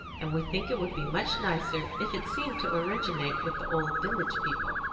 and we think it would be much nicer if it seemed to originate with the old village people.